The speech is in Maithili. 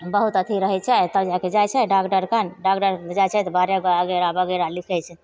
बहुत अथी रहै छै तब जाके जाइ छै डॉकटरकन डॉकटरकन जाइ छै तऽ बारह गो अगैरह वगैरह लिखै छै